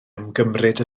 ymgymryd